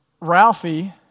Ralphie